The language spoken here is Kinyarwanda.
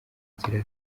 nzira